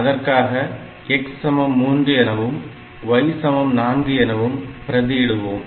அதற்காக x சமம் 3 எனவும் y சமம் 4 எனவும் பிரதி இடுவோம்